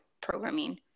programming